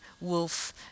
wolf